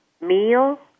meal